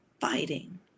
fighting